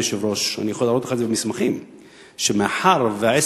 המים למחירים המטורפים האלה ולהעניש את